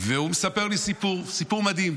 והוא מספר לי סיפור, סיפור מדהים.